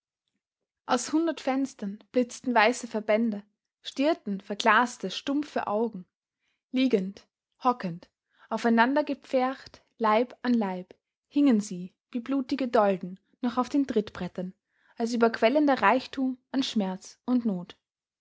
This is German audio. aus hundert fenstern blitzten weiße verbände stierten verglaste stumpfe augen liegend hockend aufeinander gepfercht leib an leib hingen sie wie blutige dolden noch auf den trittbrettern als überquellender reichtum an schmerz und not